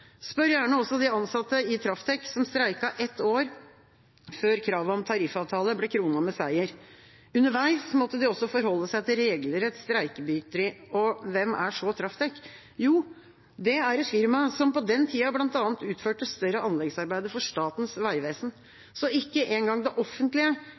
Spør gjerne også de ansatte i Traftec, som streiket ett år før kravet om tariffavtale ble kronet med seier. Underveis måtte de også forholde seg til regelrett streikebryteri. Og hvem er så Traftec? Jo, det er et firma som på den tida bl.a. utførte større anleggsarbeider for Statens